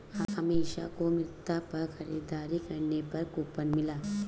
अमीषा को मिंत्रा पर खरीदारी करने पर कूपन मिला